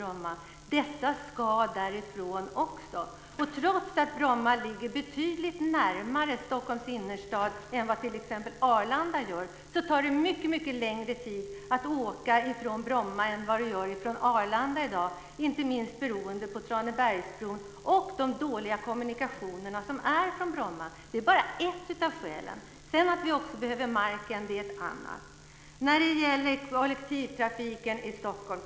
Också dessa ska därifrån. Trots att Bromma ligger betydligt närmare Stockholms innerstad än vad t.ex. Arlanda gör tar det i dag mycket längre tid att åka från Bromma än det tar att åka från Arlanda, inte minst beroende på Tranebergsbron och de dåliga kommunikationerna från Bromma. Detta är bara ett av skälen. Att vi behöver marken är ett annat skäl.